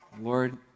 Lord